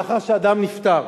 לאחר שאדם נפטר.